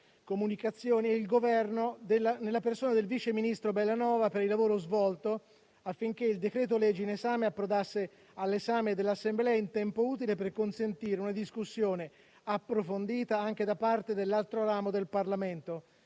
comunicazioni e il Governo, nella persona del sottosegretario Bellanova, per il lavoro svolto, affinché il decreto-legge in esame approdasse in Assemblea in tempo utile per consentire una discussione approfondita anche da parte dell'altro ramo del Parlamento.